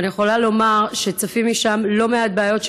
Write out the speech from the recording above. ואני יכולה לומר שצפות משם לא מעט בעיות,